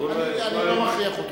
אני לא מכריח אותך,